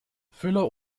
füller